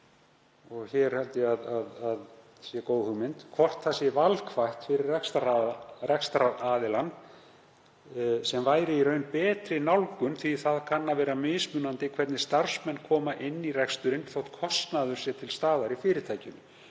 starfsmannafjölda, eða hvort það sé valkvætt fyrir rekstraraðilann, sem væri í raun betri nálgun því það kann að vera mismunandi hvernig starfsmenn koma inn í reksturinn þótt kostnaður sé til staðar í fyrirtækinu.“